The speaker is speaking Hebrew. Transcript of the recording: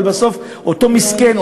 אבל בסוף אותו מסכן,